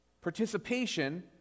participation